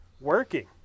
working